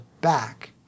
back